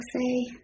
say